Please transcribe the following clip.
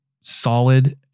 solid